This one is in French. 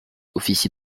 officier